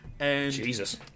Jesus